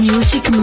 Music